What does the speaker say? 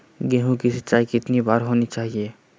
गेहु की सिंचाई कितनी बार होनी चाहिए?